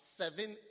seven